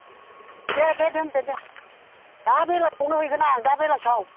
दे दे दोनदो दे दा बेलासियावनो हैगोन आं दा बेलासियाव